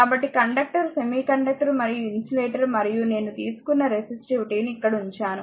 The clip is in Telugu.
కాబట్టి కండక్టర్ సెమీకండక్టర్ మరియు ఇన్సులేటర్ మరియు నేను తీసుకున్న రెసిస్టివిటీ ని ఇక్కడ ఉంచాను